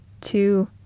two